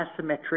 asymmetric